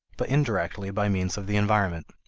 but indirectly by means of the environment.